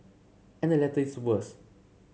and the latter is worse